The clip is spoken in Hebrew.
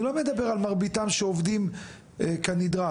לא מדבר על מרביתם שעובדים כנדרש,